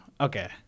Okay